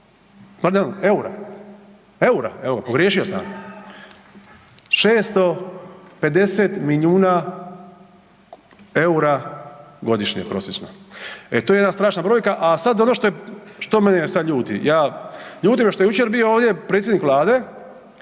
pardon, EUR-a, EUR-a evo pogriješio sam. 650 milijuna EUR-a godišnje prosječno, e to je jedna strašna brojka, a sad ono što mene sad ljuti. Ja, ljuti me što je jučer bio ovdje predsjednik Vlade